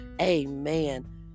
Amen